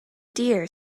deer